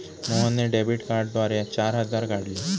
मोहनने डेबिट कार्डद्वारे चार हजार काढले